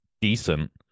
decent